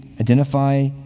identify